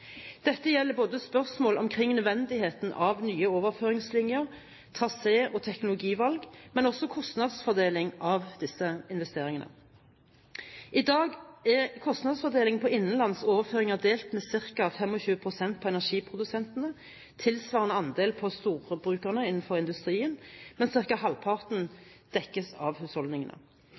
Dette gjelder spørsmål omkring nødvendigheten av nye overføringslinjer, trasé- og teknologivalg, men også kostnadsfordeling av disse investeringene. I dag er kostnadsfordelingen på innenlands overføringer ca. 25 pst. på energiprodusentene, tilsvarende andel på storforbrukere innenfor industrien, mens ca. halvparten dekkes av husholdningene.